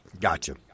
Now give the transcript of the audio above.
Gotcha